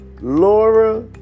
Laura